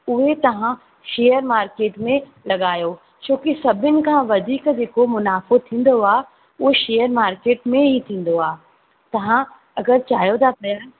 उहे तव्हां share market में लॻायो छोकी सभिनी खां वधीक जेको मुनाफ़ो थींदो आहे उहो शेयर मार्क़ेट में ई थींदो आहे तव्हां अगरि चाहियो था पिया